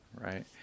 Right